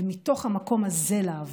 ומתוך המקום הזה לעבוד,